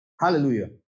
Hallelujah